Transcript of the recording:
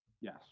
Yes